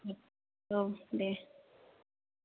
औ दे